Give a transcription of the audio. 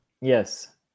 Yes